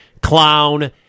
Clown